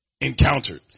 encountered